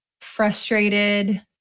frustrated